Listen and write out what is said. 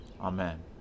Amen